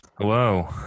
Hello